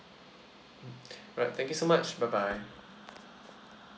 mm alright thank you so much bye bye